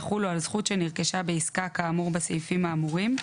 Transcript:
יחולו על זכות שנרכשה בעסקה כאמור בסעיפים האמורים,